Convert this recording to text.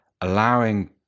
allowing